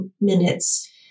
minutes